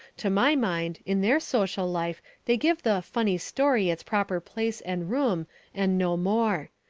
to my mind in their social life they give the funny story its proper place and room and no more.